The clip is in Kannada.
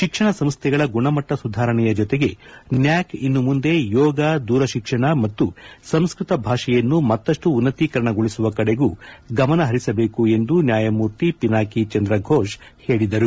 ಶಿಕ್ಷಣ ಸಂಸ್ಟೆಗಳ ಗುಣಮಟ್ಟ ಸುಧಾರಣೆಯ ಜೊತೆಗೆ ನ್ವಾಕ್ ಇನ್ನು ಮುಂದೆ ಯೋಗ ದೂರಶಿಕ್ಷಣ ಮತ್ತು ಸಂಸ್ಕತ ಭಾಷೆಯನ್ನು ಮತ್ತಷ್ನು ಉನ್ನತಿಕರಣಗೊಳಿಸುವ ಕಡೆಗೂ ಗಮನ ಹರಿಸಬೇಕು ಎಂದು ನ್ನಾಯಮೂರ್ತಿ ಪಿನಾಕಿ ಚಂದ್ರಘೋಷ್ ಹೇಳಿದರು